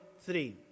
three